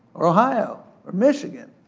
or ohio, or michigan,